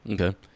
Okay